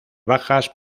bajas